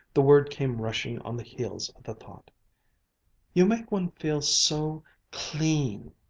the word came rushing on the heels of the thought you make one feel so clean!